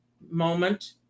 moment